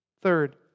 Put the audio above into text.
Third